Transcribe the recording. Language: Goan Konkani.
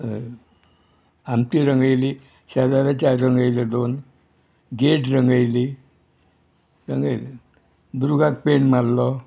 हय आमची रंगयली शेजाराच्या रंगयल्यो दोन गेट रंगयली दुर्गाक पेंट मारलो